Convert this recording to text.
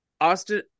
Austin